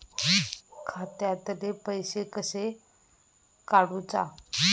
खात्यातले पैसे कशे काडूचा?